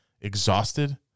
exhausted